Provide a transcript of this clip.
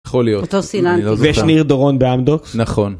‫יכול להיות. ‫-אותו סילנטי. ‫-ויש ניר דורון באמדוקס? ‫-נכון.